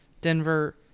Denver